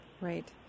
Right